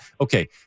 Okay